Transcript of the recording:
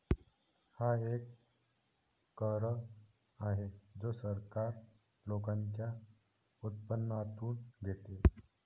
हा एक कर आहे जो सरकार लोकांच्या उत्पन्नातून घेते